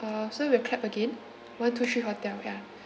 uh so we'll clap again one two three hotel ya